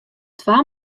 twa